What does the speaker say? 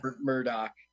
Murdoch